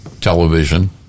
television